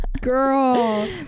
girl